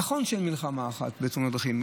נכון אין מלחמה אחת בתאונות דרכים.